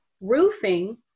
roofing